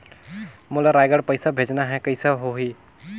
मोला रायगढ़ पइसा भेजना हैं, कइसे होही?